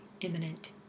imminent